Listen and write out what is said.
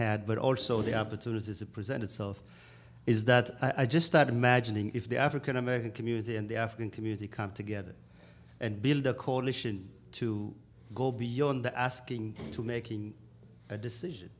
had but also the opportunities that present itself is that i just start imagining if the african american community and the african community come together and build a coalition to go beyond the asking to making a decision